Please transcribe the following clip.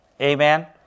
Amen